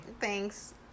Thanks